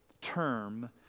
term